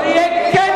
בושה